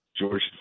George